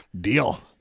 Deal